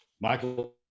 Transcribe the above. Michael